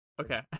Okay